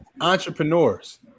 entrepreneurs